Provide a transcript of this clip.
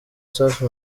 safi